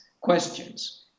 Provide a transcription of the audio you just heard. questions